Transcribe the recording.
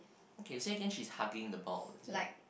okay say again she's hugging the ball is it